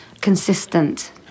consistent